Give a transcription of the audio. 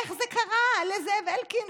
איך זה קרה לזאב אלקין?